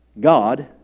God